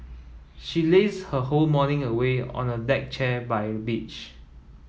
she lazed her whole morning away on a deck chair by the beach